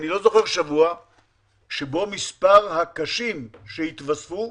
אני לא זוכר שבוע שבו מספר החולים קשה שהתווספו,